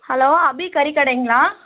hello Abhi கறி கடைங்களா